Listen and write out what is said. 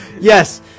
Yes